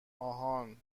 آهان